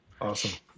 Awesome